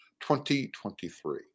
2023